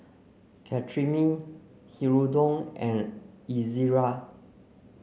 Cetrimide Hirudoid and Ezerra